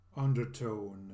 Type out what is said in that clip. undertone